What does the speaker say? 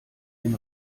den